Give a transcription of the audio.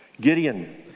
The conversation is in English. Gideon